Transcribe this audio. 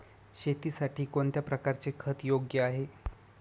शेतीसाठी कोणत्या प्रकारचे खत योग्य आहे?